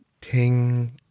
ting